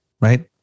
right